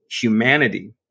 humanity